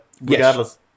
regardless